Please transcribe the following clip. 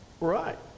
Right